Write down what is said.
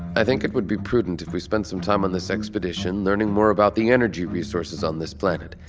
i think it would be prudent if we spent some time on this expedition learning more about the energy resources on this planet.